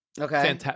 Okay